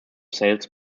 sales